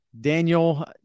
Daniel